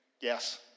Yes